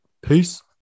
Peace